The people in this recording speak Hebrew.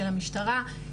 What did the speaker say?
של המשטרה,